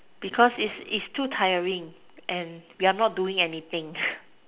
because it's it's too tiring and we are not doing anything